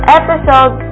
episode